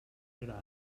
rere